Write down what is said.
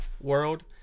World